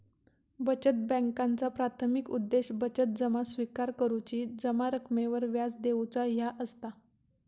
बचत बॅन्कांचा प्राथमिक उद्देश बचत जमा स्विकार करुची, जमा रकमेवर व्याज देऊचा ह्या असता